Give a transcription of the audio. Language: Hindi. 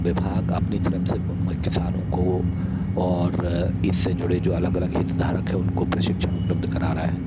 विभाग अपनी तरफ़ से म किसानों को और इससे जुड़े जो अलग अलग हितधारक है उनको प्रशिक्षण उपलब्ध करा रहा है